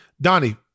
Donnie